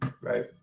Right